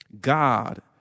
God